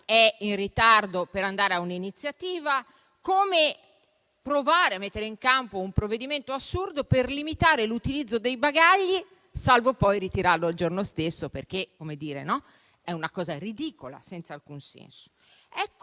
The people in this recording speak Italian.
è in ritardo per andare a un'iniziativa, o provare a mettere in campo un provvedimento assurdo per limitare l'utilizzo dei bagagli, salvo poi ritirarlo il giorno stesso perché è una cosa ridicola, senza alcun senso.